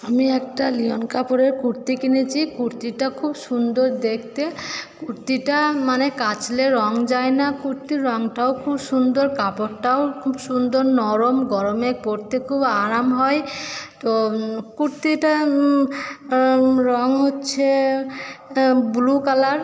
আমি একটা লিওন কাপড়ের কুর্তি কিনেছি কুর্তিটা খুব সুন্দর দেখতে কুর্তিটা মানে কাচলে রঙ যায় না কুর্তির রঙটাও খুব সুন্দর কাপড়টাও খুব সুন্দর নরম গরমে পরতে খুব আরাম হয় তো কুর্তিটার রঙ হচ্ছে ব্লু কালার